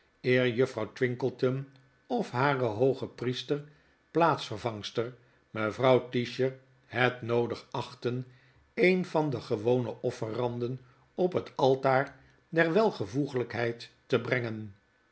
juffrouw twinkleton of hare hooge priester plaatsvervangster mevrouw tisher het noodig achtten een van de gewone offeranden op het altaar der welvoegelpheid te brengen